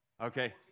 Okay